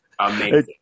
Amazing